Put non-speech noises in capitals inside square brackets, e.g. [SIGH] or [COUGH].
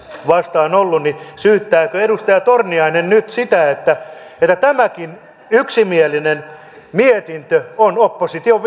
vastaan ollut syyttääkö edustaja torniainen nyt siitä että tämäkin yksimielinen mietintö on opposition [UNINTELLIGIBLE]